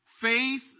Faith